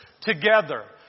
together